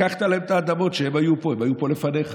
לקחת להם את האדמות שהם היו בהן, הם היו פה לפניך.